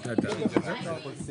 אני אגיד לך למה.